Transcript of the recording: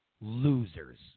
losers